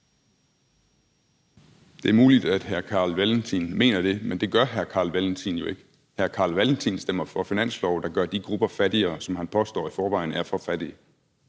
Det er muligt, at hr. Carl Valentin mener det, men det gør hr. Carl Valentin jo ikke. Hr. Carl Valentin stemmer for finanslove, der gør de grupper fattigere, som han påstår i forvejen er for fattige.